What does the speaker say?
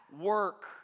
work